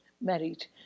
married